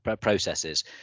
processes